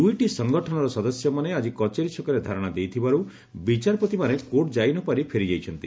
ଦୁଇଟି ସଂଗଠନର ସଦସ୍ୟମାନେ ଆଜି କଚେରୀ ଛକରେ ଧାରଶା ଦେଇଥିବାରୁ ବିଚାରପତିମାନେ କୋର୍ଟ ଯାଇ ନ ପାରି ଫେରିଯାଇଛନ୍ତି